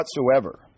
whatsoever